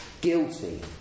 guilty